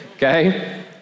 Okay